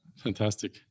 Fantastic